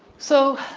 so,